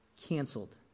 Canceled